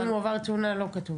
אבל אם הוא עבר תאונה, לא כתוב?